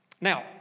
Now